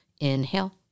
Inhale